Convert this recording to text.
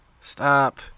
Stop